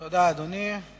תודה, אדוני.